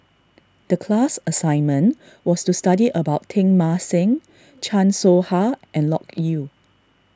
the class assignment was to study about Teng Mah Seng Chan Soh Ha and Loke Yew